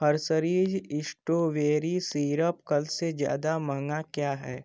हर्सरीज strawberry syrup कल से ज़्यादा महंगा क्या है